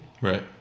right